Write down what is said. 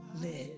live